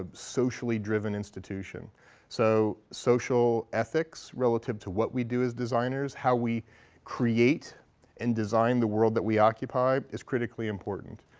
ah socially-driven institution. so social ethics relative to what we do as designers, how we create and design the world that we occupy is critically important.